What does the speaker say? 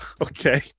okay